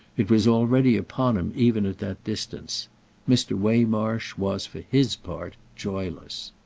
it was already upon him even at that distance mr. waymarsh was for his part joyless.